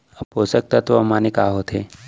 पोसक तत्व माने का होथे?